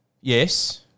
Yes